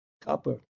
copper